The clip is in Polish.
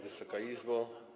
Wysoka Izbo!